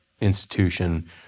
institution